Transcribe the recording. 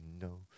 no